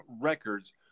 records